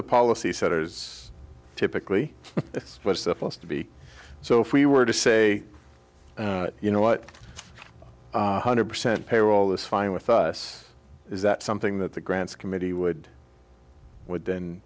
the policy setters typically was the first to be so if we were to say you know what hundred percent payroll is fine with us is that something that the grants committee would would then